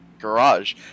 Garage